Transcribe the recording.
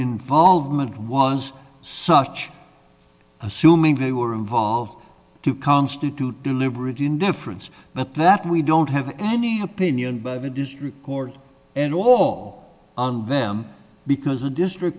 involvement was such assuming we were involved to constitute deliberate indifference but that we don't have any opinion of a district court in all of them because the district